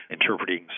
interpreting